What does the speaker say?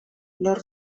lor